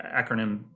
acronym